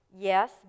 yes